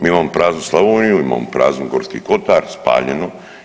Mi imamo praznu Slavoniju, imamo prazni Gorski kotar, spaljeno.